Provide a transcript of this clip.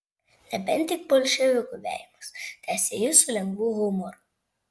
nebent tik bolševikų vejamas tęsė jis su lengvu humoru